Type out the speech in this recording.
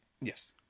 Yes